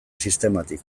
sistematik